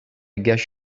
guess